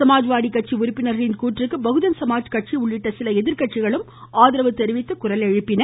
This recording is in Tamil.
சமாஜ்வாதிக்கட்சி உறுப்பினர்களின் கூற்றுக்கு பகுஜன் சமாஜ் கட்சி உள்ளிட்ட சில எதிர்க்கட்சிகளும் ஆதரவு தெரிவித்து குரல் எழுப்பின